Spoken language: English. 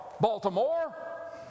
Baltimore